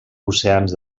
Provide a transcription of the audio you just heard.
oceans